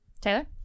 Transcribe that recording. Taylor